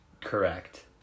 Correct